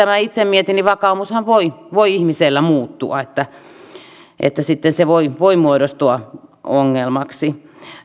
minä itse mietin että vakaumushan voi voi ihmisellä muuttua ja että sitten se voi voi muodostua ongelmaksi